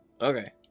Okay